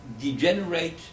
degenerate